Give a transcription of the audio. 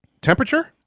temperature